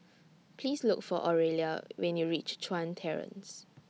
Please Look For Oralia when YOU REACH Chuan Terrace